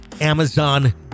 Amazon